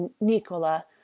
Nicola